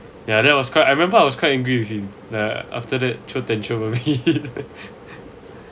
ya that was quite I remember I was quite angry with him ya after that throw tantrum only